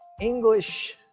English